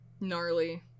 gnarly